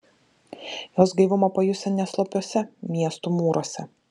jos gaivumą pajusi ne slopiuose miestų mūruose